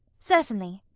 certainly.